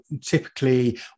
typically